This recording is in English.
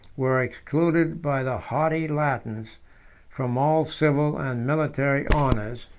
were excluded by the haughty latins from all civil and military honors,